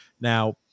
Now